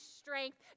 strength